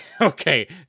Okay